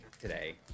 today